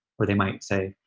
or they might say,